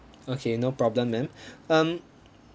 okay no problem ma'am um